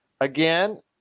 again